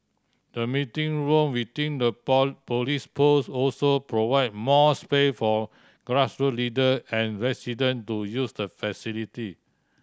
the meeting room within the police post also provide more space for grassroots leader and resident to use the facility